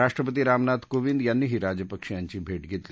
राष्ट्रपती रामनाथ कोविंद याचीही राजपक्षे यांनी भेट घेतली